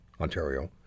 Ontario